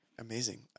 Amazing